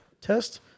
test